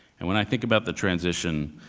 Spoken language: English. and when i think about the transition,